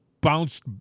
bounced